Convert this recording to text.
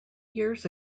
years